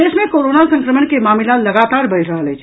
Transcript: प्रदेश मे कोरोना संक्रमण के मामिला लगातार बढ़ि रहल अछि